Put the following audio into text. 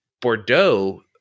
Bordeaux